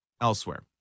Elsewhere